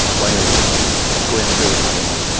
when he was going through his chemo,